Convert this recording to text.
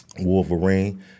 Wolverine